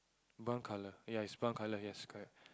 brown colour ya is brown colour yes correct